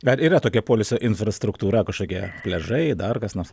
ar yra tokia poilsio infrastruktūra kažkokia pležai dar kas nors